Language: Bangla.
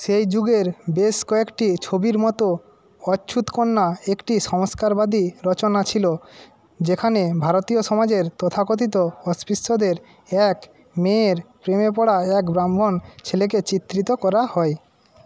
সেই যুগের বেশ কয়েকটি ছবির মতো অচ্ছুৎ কন্যা একটি সংস্কারবাদী রচনা ছিলো যেখানে ভারতীয় সমাজের তথাকথিত অস্পৃশ্যদের এক মেয়ের প্রেমে পড়া এক ব্রাহ্মণ ছেলেকে চিত্রিত করা হয়